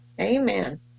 Amen